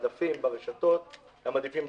למדפים ברשתות, למדפים בסופרים,